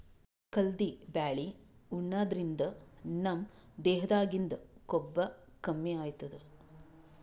ಕಲ್ದಿ ಬ್ಯಾಳಿ ಉಣಾದ್ರಿನ್ದ ನಮ್ ದೇಹದಾಗಿಂದ್ ಕೊಬ್ಬ ಕಮ್ಮಿ ಆತದ್